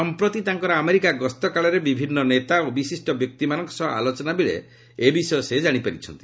ସମ୍ପ୍ରତି ତାଙ୍କର ଆମେରିକା ଗସ୍ତକାଳରେ ବିଭିନ୍ନ ନେତା ଓ ବିଶିଷ୍ଟ ବ୍ୟକ୍ତିମାନଙ୍କ ସହ ଆଲୋଚନାବେଳେ ଏ ବିଷୟ ସେ ଜାଣିପାରିଛନ୍ତି